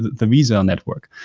the visa and network,